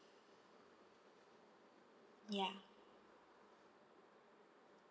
ya